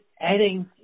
adding